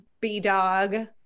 b-dog